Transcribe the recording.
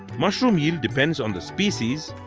mushroom yield depends on the species,